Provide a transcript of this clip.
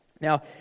Now